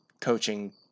coaching